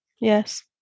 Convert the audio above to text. Yes